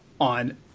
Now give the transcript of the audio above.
on